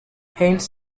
hence